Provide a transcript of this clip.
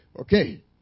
Okay